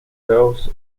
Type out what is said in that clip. cells